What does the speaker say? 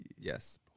Yes